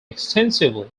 extensively